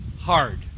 hard